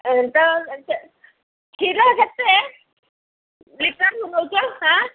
ଏ ତ କ୍ଷୀର କେତେ ଲିଟର ନଉଛ ହାଁ